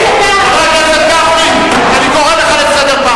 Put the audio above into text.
חבר הכנסת גפני, אני קורא אותך לסדר פעם ראשונה.